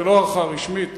זו לא הערכה רשמית,